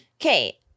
Okay